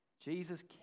Jesus